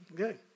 Okay